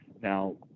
Now